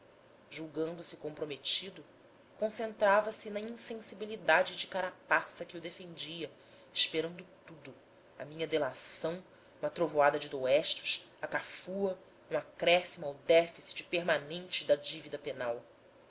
vingança julgando-se comprometido concentrava se na insensibilidade de carapaça que o defendia esperando tudo a minha delação uma trovoada de doestos a cafua um acréscimo ao déficit permanente da divida penal